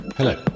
Hello